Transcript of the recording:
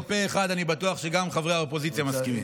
זה פה אחד, אני בטוח שגם חברי האופוזיציה מסכימים.